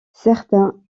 certains